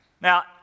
Now